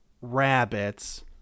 Rabbits